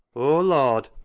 o lord,